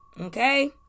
Okay